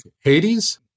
Hades